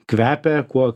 kvepia kuo